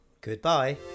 Goodbye